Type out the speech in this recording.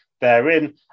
therein